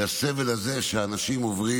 הסבל הזה שאנשים עוברים